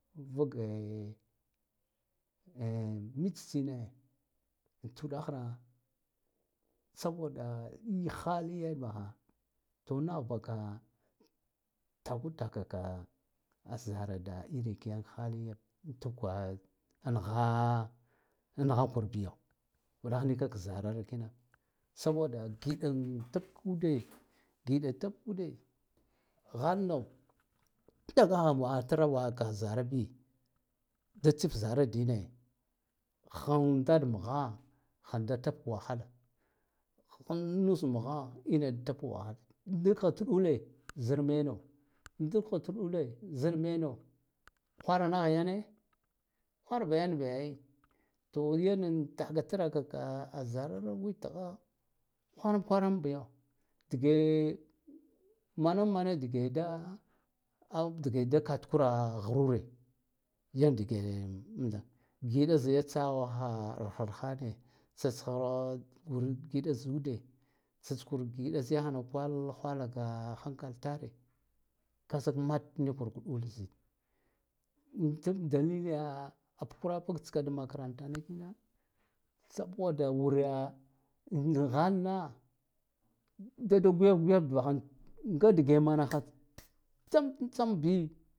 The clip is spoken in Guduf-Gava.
Vagge a mits chine an tuɗah ra sa bada yahayin bahha to nah baka ta kutakaka a zara ka da irir ka yan hali ya antakwa an naha nahakur biyo uɗah nika kzarar kina saboda giɗa an tub ka ude giɗa tubkude halno dabaha wahatra waha ka za rabi da tsif zara dine hon dad mha ha da tub wahala am nes mha ine tub wahala big ha tsag ɗule zar meno dig ha tuɗule zar meno hwara nah yane hwarba yanbi ai to yana nan tah ga kurakurkazararo an witha hwan kwaran biyo dige manamma na dige da aw dige da katkura hrure yan dige amtahm giɗa zai ya tsahwa ha arhane tsatsha wur giɗa za ude tsatskur giɗa za yahan kwa hawa ra ka hankal tare kasuk mat nikur ɗul zin uk tsuk dailiya abkura bag tska makantana kino sabola wura wur halna dada guigav gwiyav ba hah nga dige manaha tsak yam bi.